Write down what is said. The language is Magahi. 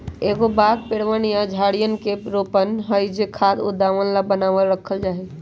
एगो बाग पेड़वन या झाड़ियवन के रोपण हई जो खाद्य उत्पादन ला बनावल रखल जाहई